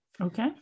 Okay